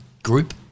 Group